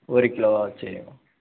ஒரு கிலோவா சரிமா